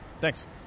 thanks